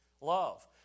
love